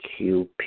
QP